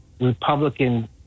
Republican